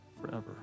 forever